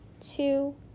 two